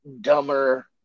Dumber